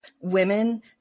women